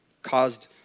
caused